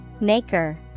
Maker